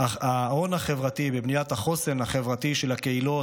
ההון החברתי בבניית החוסן החברתי של הקהילות,